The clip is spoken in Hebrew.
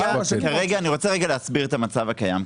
אני רוצה רגע להסביר את המצב הקיים.